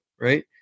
Right